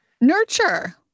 Nurture